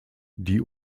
die